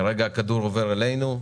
כרגע הכדור עובר אלינו.